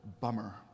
bummer